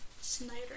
Snyder